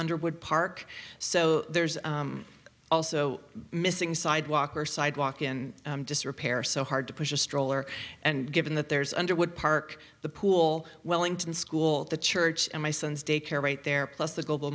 underwood park so there's also missing sidewalk or sidewalk in disrepair so hard to push a stroller and given that there's underwood park the pool wellington school the church and my son's daycare right there plus the global